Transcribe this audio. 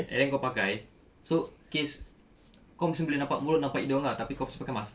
and then kau pakai so case kau masih boleh nampak mulut nampak hidung ah tapi kau masih pakai mask